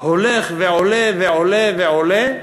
התקציב הולך ועולה ועולה ועולה,